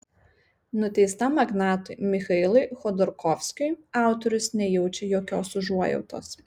nuteistam magnatui michailui chodorkovskiui autorius nejaučia jokios užuojautos